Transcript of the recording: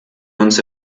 uns